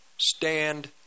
stand